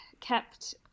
kept